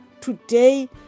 Today